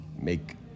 make